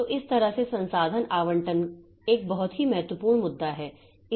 तो इस तरह से संसाधन आवंटन एक बहुत ही महत्वपूर्ण मुद्दा है